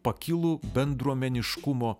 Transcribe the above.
pakilų bendruomeniškumo